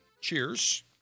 cheers